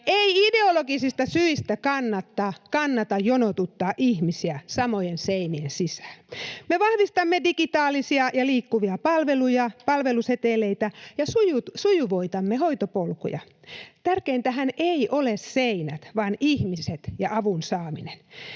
Ei ideologisista syistä kannata jonotuttaa ihmisiä samojen seinien sisään. Me vahvistamme digitaalisia ja liikkuvia palveluja, palveluseteleitä ja sujuvoitamme hoitopolkuja. Tärkeintähän eivät ole seinät vaan ihmiset ja avun saaminen.